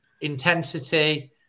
Intensity